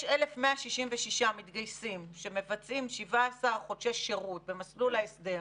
יש 1,166 מתגייסים שמבצעים 17 חודשי שירות במסלול ההסדר,